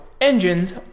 engines